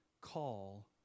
call